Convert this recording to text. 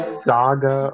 saga